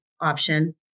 option